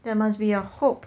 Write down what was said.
there must be a hope